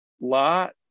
Lot